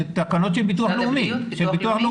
תקנות של ביטוח לאומי.